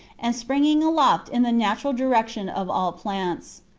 and spring ing aloft in the natural direction of all plants.